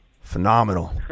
Phenomenal